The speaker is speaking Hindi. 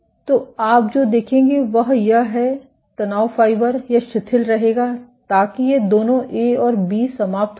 तो आप जो देखेंगे वह है यह तनाव फाइबर यह शिथिल रहेगा ताकि ये दोनों ए और बी समाप्त हो जाएं